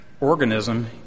organism